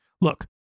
Look